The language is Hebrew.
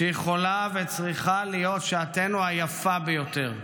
שיכולה וצריכה להיות שעתנו היפה ביותר.